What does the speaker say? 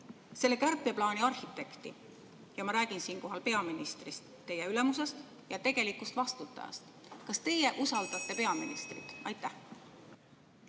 selle kärpeplaani arhitekti? Ma räägin siinkohal peaministrist, teie ülemusest ja tegelikust vastutajast. Kas teie usaldate peaministrit? Aitäh,